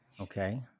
Okay